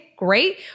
great